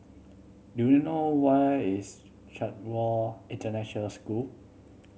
do you know where is Chatsworth International School